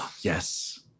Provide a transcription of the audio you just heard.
Yes